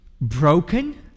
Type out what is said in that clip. broken